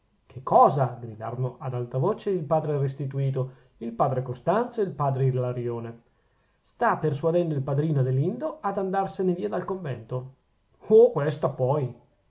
che cosa gridarono ad una voce il padre restituto il padre costanzo e il padre ilarione sta persuadendo il padrino adelindo ad andarsene via del convento oh questo poi